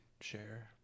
share